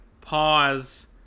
pause